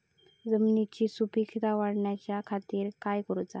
जमिनीची सुपीकता वाढवच्या खातीर काय करूचा?